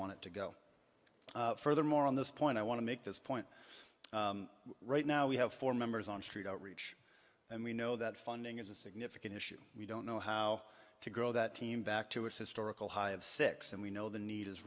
want to go further more on this point i want to make this point right now we have four members on street outreach and we know that funding is a significant issue we don't know how to grow that team back to its historical high of six and we know the need is